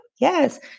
Yes